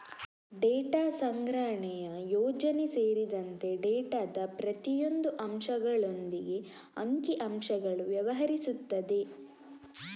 data ಸಂಗ್ರಹಣೆಯ ಯೋಜನೆ ಸೇರಿದಂತೆ ಡೇಟಾದ ಪ್ರತಿಯೊಂದು ಅಂಶಗಳೊಂದಿಗೆ ಅಂಕಿ ಅಂಶಗಳು ವ್ಯವಹರಿಸುತ್ತದೆ